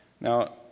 Now